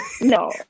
No